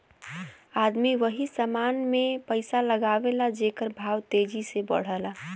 आदमी वही समान मे पइसा लगावला जेकर भाव तेजी से बढ़ला